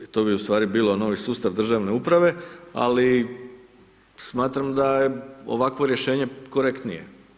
To bi ustvari bilo novi sustav državne uprave ali smatram da je ovakvo rješenje korektnije.